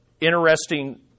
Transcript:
interesting